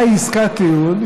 מהי עסקת טיעון?